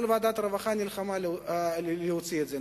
כל ועדת הרווחה נלחמה להוציא את זה.